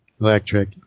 Electric